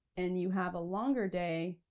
and you have a longer day,